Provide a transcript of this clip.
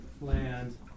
land